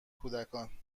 کودکان